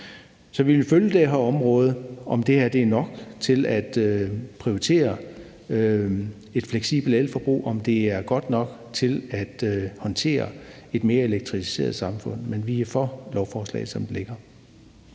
Så vi vil følge det her område, altså om det her er nok til at prioritere et fleksibelt elforbrug, om det er godt nok til at håndtere et mere elektrificeret samfund. Men vi er for lovforslaget, som det ligger.